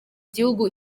gihugu